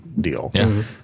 deal